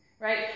right